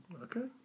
Okay